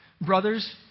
brothers